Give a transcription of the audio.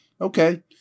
Okay